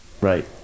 right